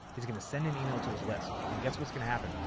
he's going to send an email to his list. and guess what's going to happen.